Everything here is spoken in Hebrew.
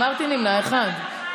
אמרתי נמנע אחד.